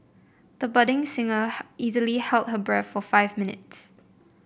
the budding singer easily held her breath for five minutes